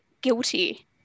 guilty